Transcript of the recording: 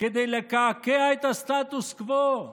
כדי לקעקע את הסטטוס קוו.